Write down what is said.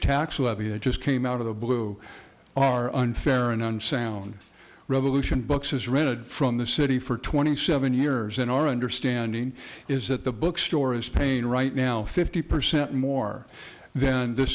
tax levy that just came out of the blue are unfair and unsound revolution books has rented from the city for twenty seven years and our understanding is that the bookstore is pain right now fifty percent more then the